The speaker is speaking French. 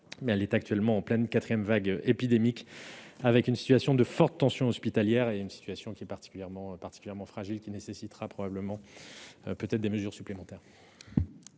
mais elle est actuellement en pleine quatrième vague épidémique, avec une forte tension hospitalière et une situation particulièrement fragile qui nécessitera probablement des mesures supplémentaires.